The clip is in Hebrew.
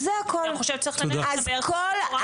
אני גם חושבת שצריך --- זה הכול,